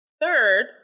Third